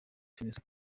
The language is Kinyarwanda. senior